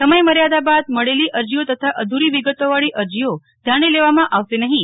સમયમર્યાદા બાદ મળેલી અરજીઓ તથા અધૂરી વિગતોવાળી અરજીઓ ધ્યાને લેવામાં આવશે નહીં